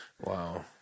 Wow